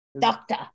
Doctor